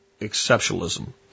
exceptionalism